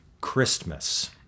christmas